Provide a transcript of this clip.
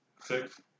Six